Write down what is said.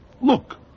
Look